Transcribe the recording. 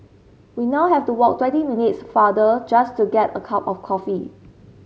we now have to walk twenty minutes farther just to get a cup of coffee